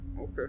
okay